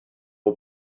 aux